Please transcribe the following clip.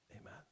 Amen